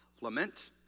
lament